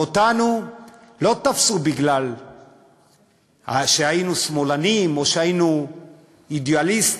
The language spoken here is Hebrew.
ואותנו לא תפסו מפני שהיינו שמאלנים או שהיינו אידיאליסטים,